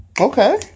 Okay